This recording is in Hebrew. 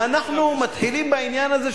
אנחנו מתחילים בעניין הזה,